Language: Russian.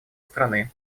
страны